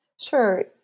Sure